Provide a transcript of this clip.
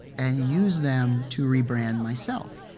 and use them to rebrand myself.